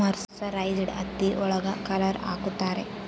mercerised ಹತ್ತಿ ಒಳಗ colour ಹಾಕುತ್ತಾರೆ